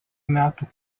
metų